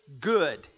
good